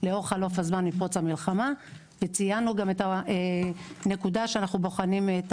לאור חלוף הזמן מפרוץ המלחמה וציינו גם את הנקודה שאנו בוחנים את